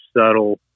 subtle